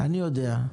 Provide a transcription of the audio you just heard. אני יודע.